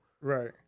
Right